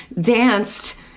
danced